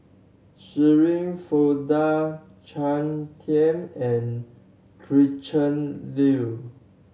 Shirin Fozdar Claire Tham and Gretchen Liu